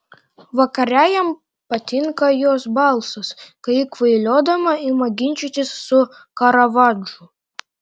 vakare jam patinka jos balsas kai ji kvailiodama ima ginčytis su karavadžu